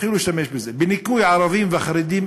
תתחילו להשתמש בזה: בניכוי הערבים והחרדים,